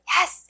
Yes